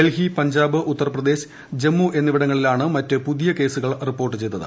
ഡൽഹി പഞ്ചാബ് ഉത്തർപ്രദേശ് ജമ്മു എന്നിവിടങ്ങളിലാണ് മറ്റ് പുതിയ കേസുകൾ റിപ്പോർട്ട് ചെയ്തത്